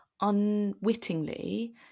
unwittingly